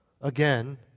again